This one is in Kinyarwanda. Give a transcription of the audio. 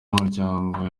umuryango